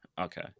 Okay